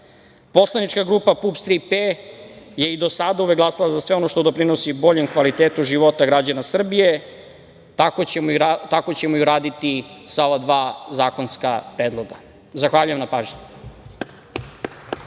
urade. Poslanička grupa PUPS - "Tri P" je i do sada uvek glasala za sve ono što doprinosi boljem kvalitetu života građana Srbije, tako ćemo uraditi i sa ova dva zakonska predloga. Zahvaljujem na pažnji.